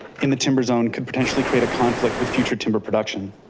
in the timber zone could potentially create a conflict with future timber production,